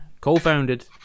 co-founded